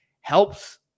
helps